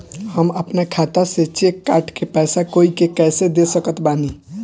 हम अपना खाता से चेक काट के पैसा कोई के कैसे दे सकत बानी?